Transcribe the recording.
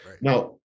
Now